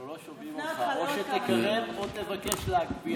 אנחנו לא שומעים אותך, או שתקרב או תבקש להגביה.